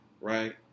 right